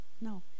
No